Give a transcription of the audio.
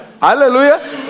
Hallelujah